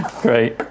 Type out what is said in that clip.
Great